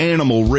Animal